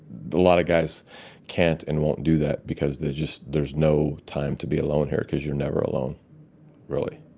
a lot of guys can't and won't do that because they just, there's no time to be alone here because you're never alone really.